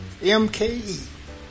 MKE